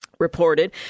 Reported